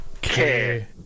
care